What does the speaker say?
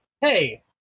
Hey